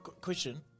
Question